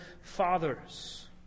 fathers